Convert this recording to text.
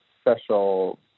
special